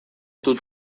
dut